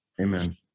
Amen